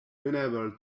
unable